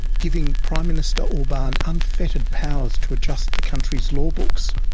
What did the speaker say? giving prime minister orban unfettered powers to adjust the country's law books.